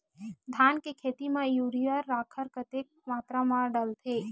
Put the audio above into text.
धान के खेती म यूरिया राखर कतेक मात्रा म डलथे?